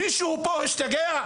מישהו פה השתגע?